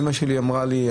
אימא שלי אמרה לי,